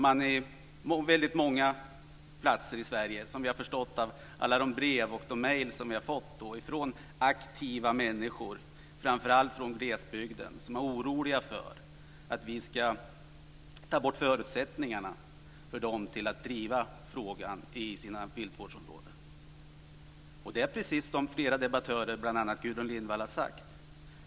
På väldigt många platser i Sverige är man, som vi har förstått av alla de brev och mejl som vi har fått från aktiva människor framför allt från glesbygden, orolig för att vi ska ta bort förutsättningarna för dem att driva frågan i sina viltvårdsområden. Det är precis som flera debattörer, bl.a. Gudrun Lindvall, har sagt.